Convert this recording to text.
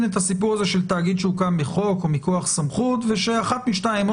את הסיפור הזה של תאגיד שהוקם בחוק או מכוח סמכות ושאחת משתיים,